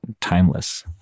timeless